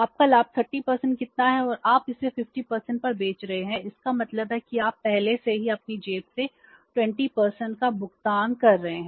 तो आपका लाभ 30 कितना है और आप इसे 50 पर बेच रहे हैं इसका मतलब है कि आप पहले से ही अपनी जेब से 20 का भुगतान कर रहे हैं